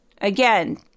Again